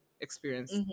experience